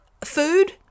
food